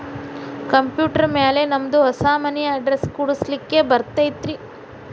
Computer ಮ್ಯಾಲೆ ನಮ್ದು ಹೊಸಾ ಮನಿ ಅಡ್ರೆಸ್ ಕುಡ್ಸ್ಲಿಕ್ಕೆ ಬರತೈತ್ರಿ?